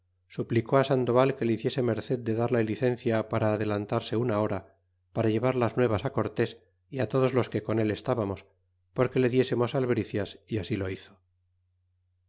suplicó á sandoval que le hiciese merced de darle licencia para adelantarse una hora para llevar las nuevas cortés y todos los que con él estábamos porque le diésemos albricias y asilo hizo